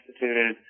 instituted